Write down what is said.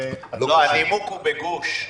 הנימוק הוא בגוש,